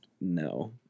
No